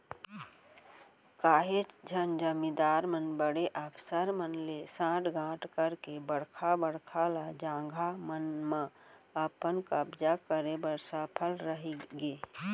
काहेच झन जमींदार मन बड़े अफसर मन ले सांठ गॉंठ करके बड़का बड़का ल जघा मन म अपन कब्जा करे बर सफल रहिगे